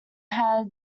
had